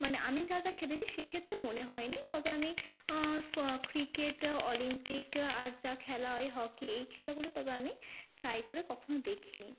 মানে আমি যা যা খেলেছি সেক্ষেত্রে মনে হয়নি তবে আমি ক্রিকেট অলিম্পিক আর যা খেলা হয় হকি এই খেলাগুলো তবে আমি ট্রাই করে কখনো দেখিনি